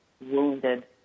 wounded